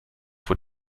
vor